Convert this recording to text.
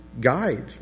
guide